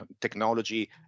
technology